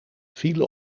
file